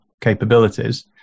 capabilities